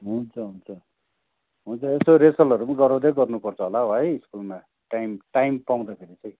हुन्छ हुन्छ हुन्छ यसो रेसलहरू पनि गराउँदै गर्नुपर्छ होला हौ है स्कुलमा टाइम टाइम पाउँदाखेरि चाहिँ